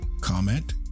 comment